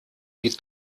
die